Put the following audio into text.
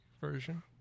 version